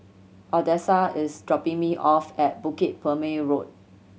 Odessa is dropping me off at Bukit Purmei Road